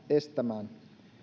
estämään